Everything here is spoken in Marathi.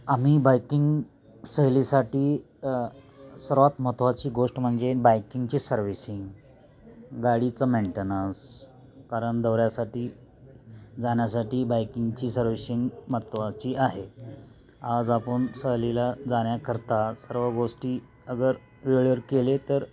आम्ही बायकिंग सहलीसाठी सर्वात महत्त्वाची गोष्ट म्हणजे बाईकिंगची सर्व्हिसिंग गाडीचं मेंटेनन्स कारण दौऱ्यासाठी जाण्यासाठी बायकिंगची सर्व्हिशिंग महत्त्वाची आहे आज आपण सहलीला जाण्याकरता सर्व गोष्टी अगर वेळेवर केले तर